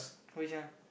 which one